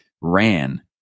ran